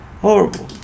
Horrible